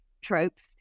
tropes